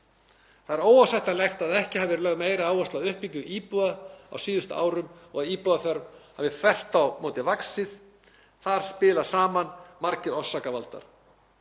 Það er óásættanlegt að ekki hafi verið lögð meiri áhersla á uppbyggingu íbúða á síðustu árum og íbúðaþörf hafi þvert á móti vaxið. Þar spila saman margir orsakavaldar,